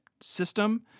system